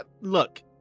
Look